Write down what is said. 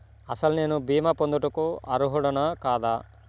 అసలు నేను భీమా పొందుటకు అర్హుడన కాదా?